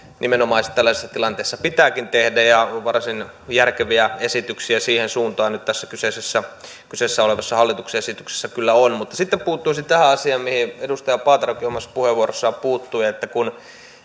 tällaisessa tilanteessa pitääkin tehdä ja varsin järkeviä esityksiä siihen suuntaan nyt tässä kyseessä olevassa hallituksen esityksessä kyllä on mutta sitten puuttuisin tähän asiaan mihin edustaja paaterokin omassa puheenvuorossaan puuttui että kun